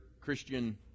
Christian